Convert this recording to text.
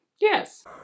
Yes